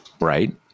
right